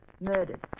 Murdered